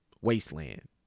wasteland